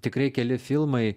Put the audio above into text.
tikrai keli filmai